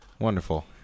Wonderful